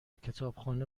کتابخانه